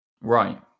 Right